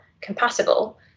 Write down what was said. compatible